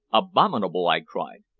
abominable! i cried.